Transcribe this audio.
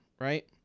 right